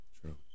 True